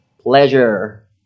pleasure